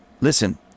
Listen